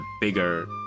bigger